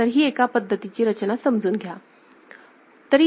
तर ही एका पद्धतीची रचना समजून घ्या